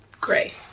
Gray